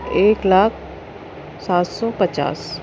ایک لاکھ سات سو پچاس